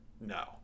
No